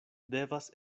devas